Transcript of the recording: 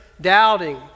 doubting